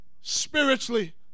spiritually